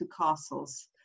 castles